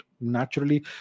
naturally